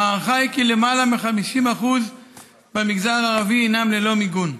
ההערכה היא כי יותר מ-50% במגזר הערבי הם ללא מיגון.